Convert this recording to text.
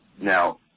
Now